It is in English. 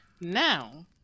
now